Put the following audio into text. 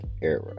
era